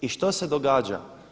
I što se događa?